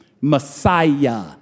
Messiah